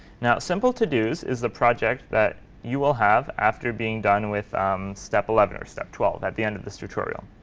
now, simple-todos is the project that you will have after being done with step eleven or step twelve, at the end of this tutorial.